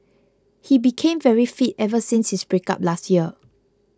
he became very fit ever since his breakup last year